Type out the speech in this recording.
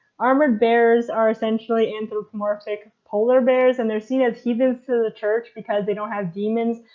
armored bears are essentially anthropomorphic polar bears and they're seen as heathens to the church because they don't have daemons,